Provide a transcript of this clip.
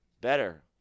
better